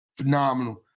phenomenal